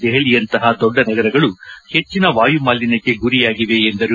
ದೆಹಲಿಯಂತಹ ದೊಡ್ಡ ನಗರಗಳು ಹೆಚ್ಚಿನ ವಾಯುಮಾಲಿನ್ವಕ್ಕೆ ಗುರಿಯಾಗಿವೆ ಎಂದರು